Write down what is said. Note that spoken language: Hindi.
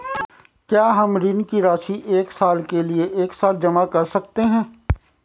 क्या हम ऋण की राशि एक साल के लिए एक साथ जमा कर सकते हैं?